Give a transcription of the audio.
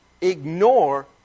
ignore